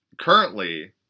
currently